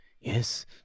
Yes